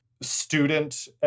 student